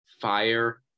Fire